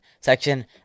section